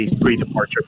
pre-departure